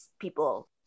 people